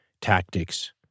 tactics